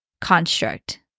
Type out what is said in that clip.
construct